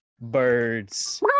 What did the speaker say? birds